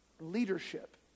leadership